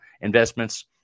investments